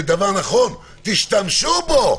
תשתמשו בו.